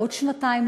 ועוד שנתיים,